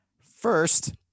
First